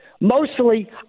mostly